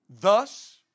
Thus